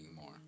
more